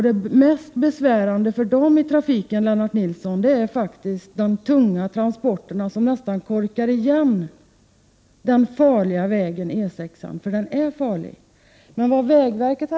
Det mest besvärande i trafiken för dem, Lennart Nilsson, är faktiskt de tunga transporterna som nästan korkar igen den farliga vägen E 6. För den är farlig.